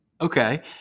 Okay